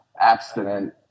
abstinent